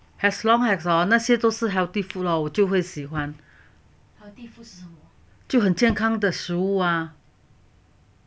as long as hor 那些都是 healthy food 我就会喜欢就很健康的食物啊